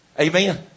Amen